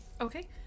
Okay